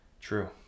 true